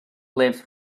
lived